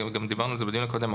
דיברנו על זה בדיון הקודם.